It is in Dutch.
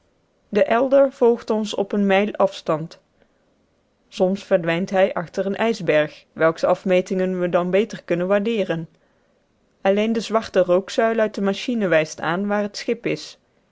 de elder volgt ons op eene mijl afstands soms verdwijnt hij achter een ijsberg welks afmetingen we dan beter kunnen waardeeren alleen de zwarte rookzuil uit de machine wijst aan waar het schip is